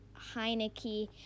Heineke